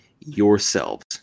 yourselves